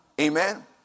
Amen